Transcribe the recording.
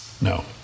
No